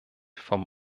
vom